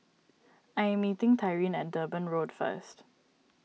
I am meeting Tyrin at Durban Road first